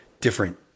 different